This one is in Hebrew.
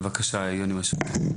בבקשה, יוני מישרקי.